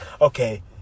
Okay